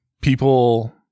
people